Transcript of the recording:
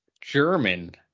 german